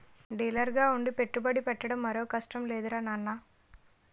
డీలర్గా ఉండి పెట్టుబడి పెట్టడం మరో కష్టం లేదురా నాన్నా